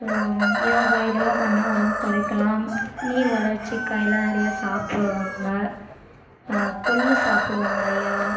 அப்புறம் யோகா இதெல்லாம் பண்ணிணா உடம்பு குறைக்கலாம் நீர் வளர்ச்சி காயெலாம் நிறையா சாப்பிடுவாங்க கொள்ளு சாப்பிடுவாங்க நிறையா